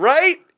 Right